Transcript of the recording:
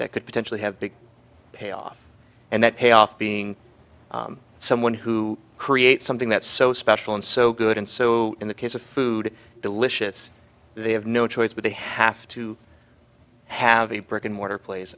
that could potentially have big payoff and that payoff being someone who create something that's so special and so good and so in the case of food delicious they have no choice but they have to have a brick and mortar place